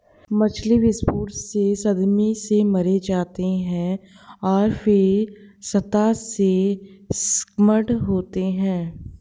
मछली विस्फोट से सदमे से मारे जाते हैं और फिर सतह से स्किम्ड होते हैं